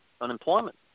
unemployment